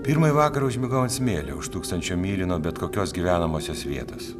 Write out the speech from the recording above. pirmąjį vakarą užmigau ant smėlio už tūkstančio mylių nuo bet kokios gyvenamosios vietos